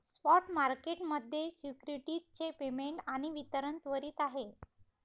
spot market मध्ये securities चे payment आणि वितरण त्वरित आहे